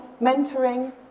mentoring